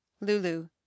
Lulu